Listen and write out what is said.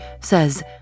says